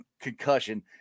concussion